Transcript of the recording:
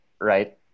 right